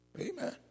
Amen